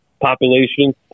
population